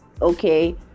okay